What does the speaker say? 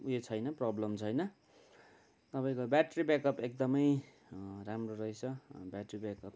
उयो छैन प्रोब्लम छैन तपाईँको ब्याट्री ब्याकअप एकदमै राम्रो रहेछ ब्याट्री ब्याकअप